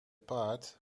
paard